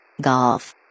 Golf